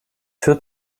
führt